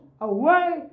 away